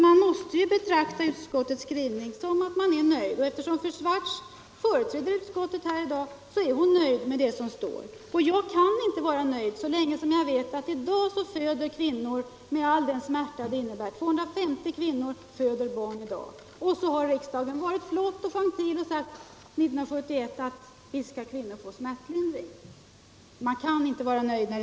Utskottets skrivning måste tolkas så att man är nöjd. Eftersom fru Swartz företräder utskouet här i dag är hon nöjd med det som står i utskottets betänkande. Jag kan inte vara nöjd så länge jag vet att 250 kvinnor i dag föder barn utan effektiv smärtlindring, med all den smärta det innebär. Och detta trots att riksdagen 1971 var flott och uttalade att kvinnor skulle ha rätt till smärtlindring. Då kan man inte vara nöjd